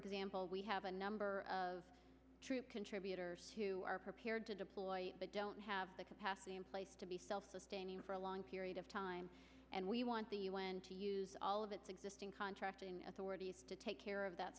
example we have a number of troop contributors who are prepared to deploy but don't have the capacity in place to be self sustaining for a long period of time and we want the u n to use all of its existing contracting authorities to take care of that